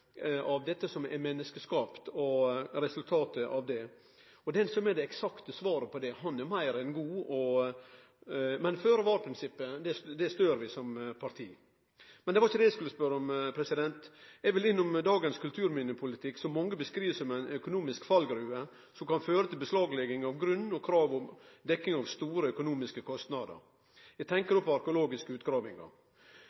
av dette som er menneskeskapt, og resultatet av det. Den som har det eksakte svaret på det, er meir enn god. Men føre-var-prinsippet stør vi som parti. Men det var ikkje det eg skulle spørje om. Eg vil innom dagens kulturminnepolitikk, som mange beskriv som ei økonomisk fallgruve som kan føre til beslaglegging av grunn og krav om dekning av store økonomiske kostnader.